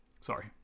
sorry